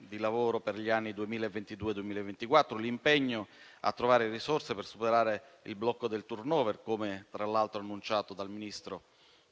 di lavoro per gli anni 2022-2024; l'impegno a trovare risorse per superare il blocco del *turnover*, come tra l'altro annunciato dal Ministro